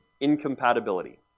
incompatibility